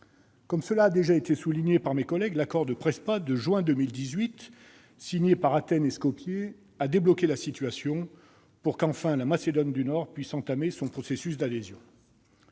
Comme cela a été souligné par mes collègues, l'accord de Prespa de juin 2018, signé par Athènes et Skopje, a débloqué la situation pour que, enfin, la Macédoine du Nord puisse entamer son processus d'adhésion.